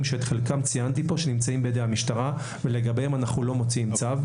שאת חלקם ציינתי כאן שנמצאים בידי המשטרה ולגביהם אנחנו לא מוציאים צו.